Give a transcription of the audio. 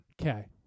Okay